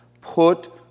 Put